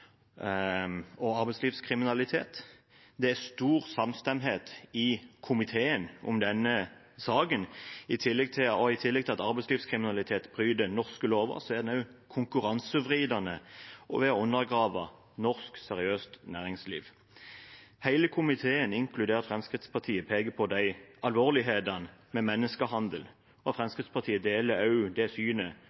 og arbeidslivskriminalitet. Det er stor samstemthet i komiteen om denne saken. I tillegg til at arbeidslivskriminalitet bryter norske lover, er den også konkurransevridende ved å undergrave norsk seriøst næringsliv. Hele komiteen – inkludert Fremskrittspartiet – peker på alvorligheten ved menneskehandel, og Fremskrittspartiet deler også det